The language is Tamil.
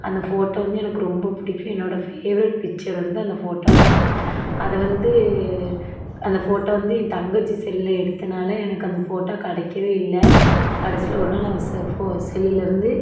அந்த ஃபோட்டோ வந்து எனக்கு ரொம்ப பிடிக்கும் என்னோட ஃபேவரெட் பிக்சர் வந்து அந்த ஃபோட்டோ தான் அது வந்து அந்த ஃபோட்டோ வந்து என் தங்கச்சி செல்லில் எடுத்ததுனால எனக்கு அந்த ஃபோட்டோ கிடைக்கவே இல்லை கடைசியில் ஒருநாள் அவள் செல்லில் இருந்து